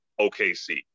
OKC